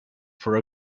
for